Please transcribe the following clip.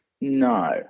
No